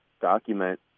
document